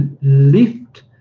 lift